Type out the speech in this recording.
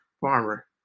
farmer